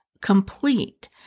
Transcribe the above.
complete